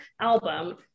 album